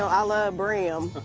so i love brim.